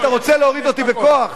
אתה רוצה להוריד אותי בכוח?